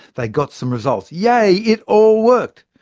they got some results yeah yah! it all worked.